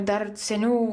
dar seniau